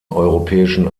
europäischen